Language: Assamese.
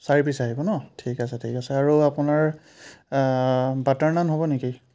চাৰি পিচ আহিব ন ঠিক আছে ঠিক আছে আৰু আপোনাৰ বাটাৰ নান হ'ব নেকি